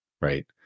right